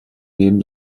neben